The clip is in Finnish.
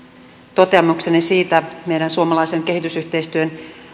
toteamuksiinne meidän suomalaisen kehitysyhteistyön